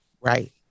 right